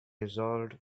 resolved